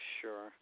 Sure